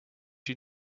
you